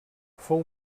fou